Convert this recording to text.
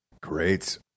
Great